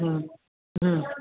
हम्म हम्म